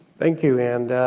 thank you, and